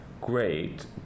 Great